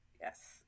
yes